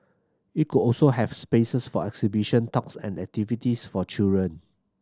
it could also have spaces for exhibition talks and activities for children